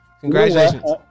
congratulations